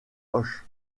hoche